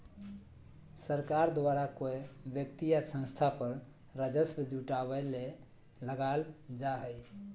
सरकार द्वारा कोय व्यक्ति या संस्था पर राजस्व जुटावय ले लगाल जा हइ